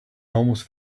almost